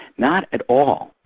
not at all.